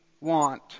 want